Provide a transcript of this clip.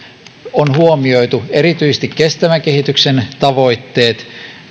on huomioitu erityisesti kestävän kehityksen tavoitteet